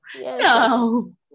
no